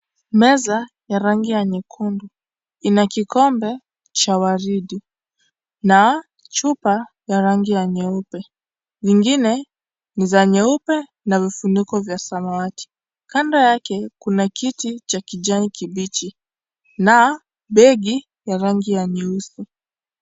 Meza ya rangi ya nyekundu ina kikombe cha waridi na chupa ya rangi nyeupe zingine ni za nyeupe na vifuniko vya samawati. Kando yake kuna ķiti cha kijani kibichi na begi ya rangi ya nyeusi.